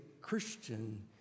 Christian